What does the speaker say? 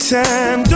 time